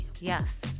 Yes